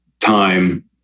time